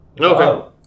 Okay